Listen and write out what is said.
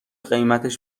قیمتش